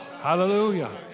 Hallelujah